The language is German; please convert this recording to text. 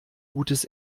gutes